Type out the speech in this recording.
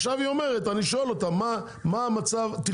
עכשיו אני שואל אותה מה המצב מבחינה